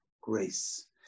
grace